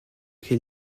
che